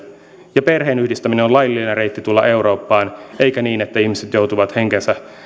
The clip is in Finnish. ja perheenyhdistäminen on laillinen reitti tulla eurooppaan eikä niin että ihmiset joutuvat henkensä